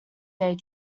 day